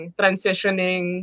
transitioning